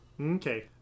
Okay